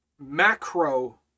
Macro